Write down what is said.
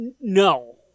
No